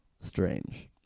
strange